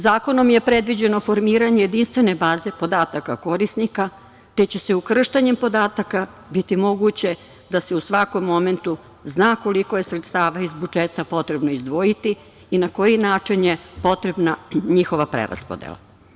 Zakonom je predviđeno formiranje jedinstvene baze podataka korisnika te će ukrštanjem podataka biti moguće da se u svakom momentu zna koliko je sredstava iz budžeta potrebno izdvojiti i na koji način je potrebna njihova preraspodela.